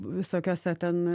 visokiuose ten